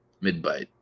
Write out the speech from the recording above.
mid-bite